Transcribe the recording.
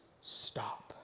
stop